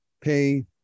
pay